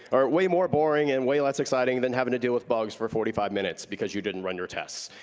or way more boring and way less exciting than having to deal with bugs for forty five minutes because you didn't run your tests.